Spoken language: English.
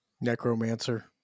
Necromancer